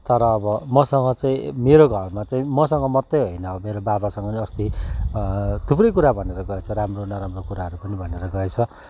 तर अब मसँग चाहिँ मेरो घरमा चाहिँ मसँग मात्रै होइन अब मेरो बाबासँग नि अस्ति थुप्रै कुरा भनेर गएछ राम्रो नराम्रो कुराहरू पनि भनेर गएछ